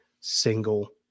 single